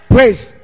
Praise